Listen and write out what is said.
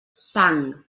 sang